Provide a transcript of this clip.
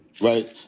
right